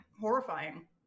horrifying